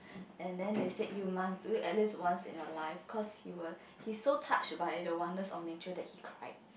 and then they said you must do it at least once in your life cause you were he's so touched by the wonders of nature that he cried